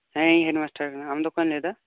ᱦᱮᱸ ᱤᱧ head master ᱠᱟ ᱱᱟᱹᱧ ᱟᱢ ᱫᱚ ᱚᱠᱢᱚᱭᱮᱢ ᱞᱟᱹᱭ ᱫᱟ